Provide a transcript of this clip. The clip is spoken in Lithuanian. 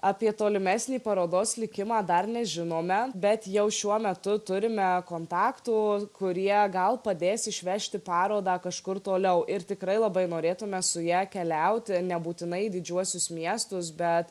apie tolimesnį parodos likimą dar nežinome bet jau šiuo metu turime kontaktų kurie gal padės išvežti parodą kažkur toliau ir tikrai labai norėtume su ja keliauti nebūtinai į didžiuosius miestus bet